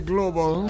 Global